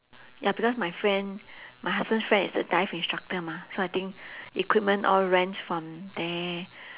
ya because my friend my husband friend is a dive instructor mah so I think equipment all rent from there